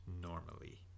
normally